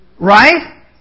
Right